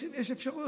יש אפשרויות,